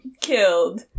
killed